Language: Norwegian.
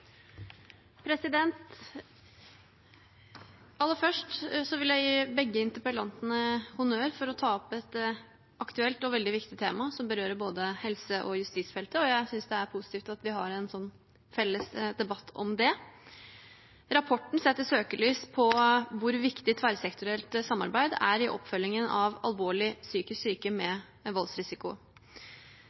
Aller først vil jeg gi begge interpellanten honnør for å ta opp et aktuelt og veldig viktig tema, som berører både helse- og justisfeltet, og jeg synes det er positivt at vi har en felles debatt om det. Rapporten setter søkelyset på hvor viktig tverrsektorielt samarbeid er i oppfølgingen av alvorlig psykisk syke med en voldsrisiko.